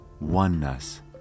oneness